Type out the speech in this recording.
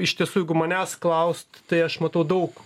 iš tiesų jeigu manęs klaust tai aš matau daug